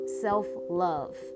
self-love